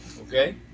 Okay